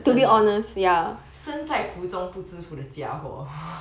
真的生在福中不知福的家伙